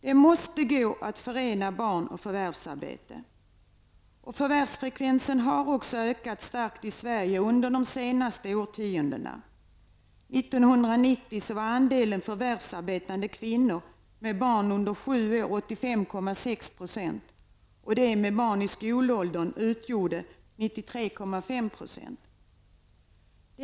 Det måste gå att förena barn och förvärvsarbete. Förvärvsfrekvensen har också ökat starkt i Sverige under senaste årtiondena. År 1990 var andelen förvärvsarbetande kvinnor med barn under sju år 85,6 %, och de med barn i skolåldern utgjorde 93,5 %.